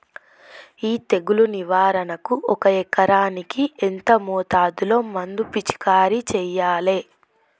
ఈ తెగులు నివారణకు ఒక ఎకరానికి ఎంత మోతాదులో మందు పిచికారీ చెయ్యాలే?